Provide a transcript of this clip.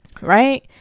Right